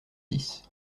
six